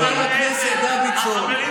חבר הכנסת דוידסון?